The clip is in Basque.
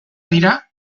dira